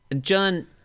John